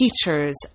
teachers